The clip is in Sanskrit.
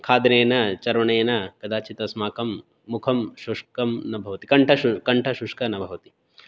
खादनेन चर्वणेन कदाचित् अस्माकं मुखं शुष्कं न भवति कण्ठः शुष्कः कण्ठः शुष्कः न भवति